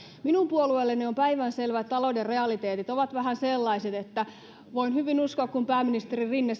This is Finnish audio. minun puolueelleni on päivänselvää että talouden realiteetit ovat vähän sellaiset että rahaa ei ole ja voin hyvin uskoa kun pääministeri rinne